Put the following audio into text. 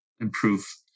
improve